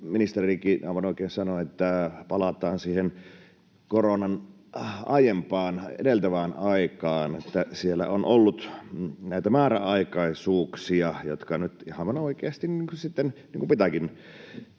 aivan oikein sanoi, niin palataan siihen koronaa edeltävään aikaan. Siellä on ollut näitä määräaikaisuuksia, jotka nyt